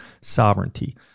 sovereignty